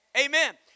Amen